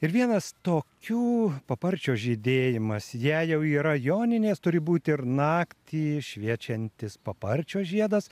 ir vienas tokių paparčio žydėjimas jei jau yra joninės turi būti ir naktį šviečiantis paparčio žiedas